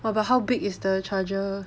orh but how big is the charger